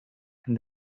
and